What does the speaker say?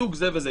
מסוג כך וכך.